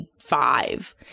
Five